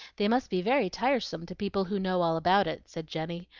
they must be very tiresome to people who know all about it, said jenny,